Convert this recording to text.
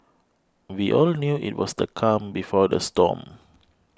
we all knew it was the calm before the storm